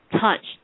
touch